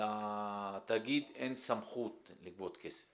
לתאגיד אין סמכות לגבות כסף.